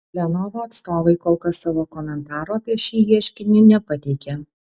lenovo atstovai kol kas savo komentaro apie šį ieškinį nepateikė